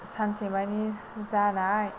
सानसेमानि जानाय